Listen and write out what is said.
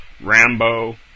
Rambo